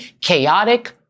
chaotic